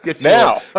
Now